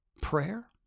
Prayer